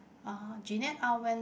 uh Jeanette Aw went